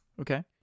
Okay